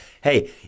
Hey